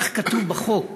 כך כתוב בחוק,